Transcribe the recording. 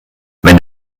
wenn